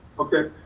okay,